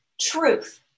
truth